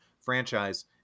franchise